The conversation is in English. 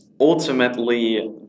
ultimately